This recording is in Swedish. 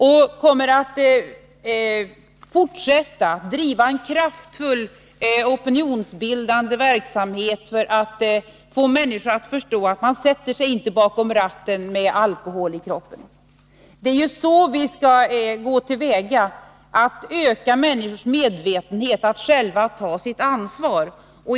Vi kommer att fortsätta att driva en kraftfull opinionsbildande verksamhet för att få människor att förstå att man inte sätter sig bakom ratten med alkohol i kroppen. Det är ju så vi skall gå till väga — att öka människors medvetenhet om att de själva skall ta sitt ansvar.